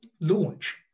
launch